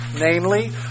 namely